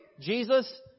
Jesus